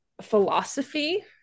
philosophy